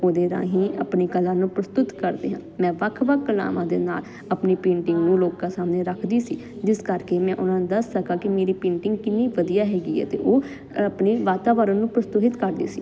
ਉਹਦੇ ਰਾਹੀਂ ਆਪਣੀ ਕਲਾ ਨੂੰ ਪ੍ਰਸਤੁਤ ਕਰਦੇ ਹਾਂ ਮੈਂ ਵੱਖ ਵੱਖ ਕਲਾਵਾਂ ਦੇ ਨਾਲ ਆਪਣੀ ਪੇਂਟਿੰਗ ਨੂੰ ਲੋਕਾਂ ਸਾਹਮਣੇ ਰੱਖਦੀ ਸੀ ਜਿਸ ਕਰਕੇ ਮੈਂ ਉਹਨਾਂ ਨੂੰ ਦੱਸ ਸਕਾ ਕਿ ਮੇਰੇ ਪੇਂਟਿੰਗ ਕਿੰਨੀ ਵਧੀਆ ਹੈਗੀ ਹੈ ਤੇ ਉਹ ਆਪਣੇ ਵਾਤਾਵਰਣ ਨੂੰ ਪ੍ਰਸਤੁਹਿਤ ਕਰਦੀ ਸੀ